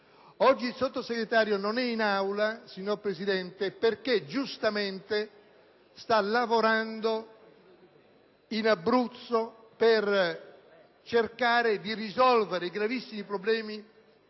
Oggi il Sottosegretario non è in Aula, signor Presidente, perché giustamente sta lavorando in Abruzzo per cercare di risolvere i gravissimi problemi